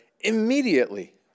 immediately